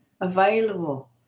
available